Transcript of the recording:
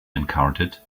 encountered